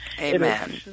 Amen